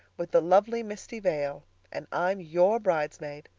with the lovely misty veil and i am your bridesmaid.